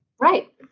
Right